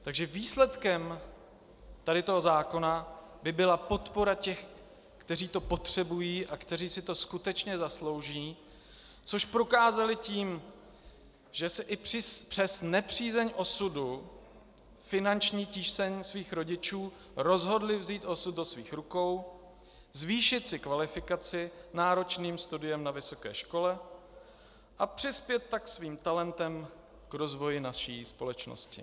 Takže výsledkem tohoto zákona by byla podpora těch, kteří to potřebují a kteří si to skutečně zaslouží, což prokázali tím, že se i přes nepřízeň osudu, finanční tíseň svých rodičů, rozhodli vzít osud do svých rukou, zvýšit si kvalifikaci náročným studiem na vysoké škole a přispět tak svým talentem k rozvoji naší společnosti.